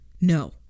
No